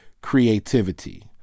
creativity